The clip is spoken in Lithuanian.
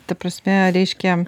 ta prasme reiškia